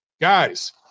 Guys